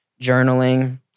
journaling